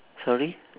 sorry